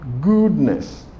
goodness